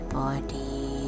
body